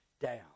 down